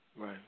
Right